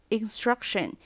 instruction，